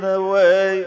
away